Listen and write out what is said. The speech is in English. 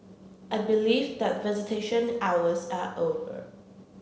I believe that visitation hours are over